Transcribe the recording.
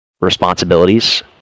responsibilities